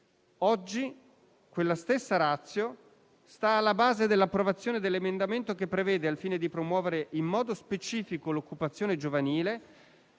Oggi quella stessa *ratio* sta alla base dell'approvazione dell'emendamento che, al fine di promuovere in modo specifico l'occupazione giovanile,